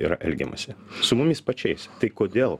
yra elgiamasi su mumis pačiais tai kodėl